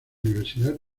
universidad